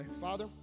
Father